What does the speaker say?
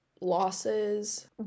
losses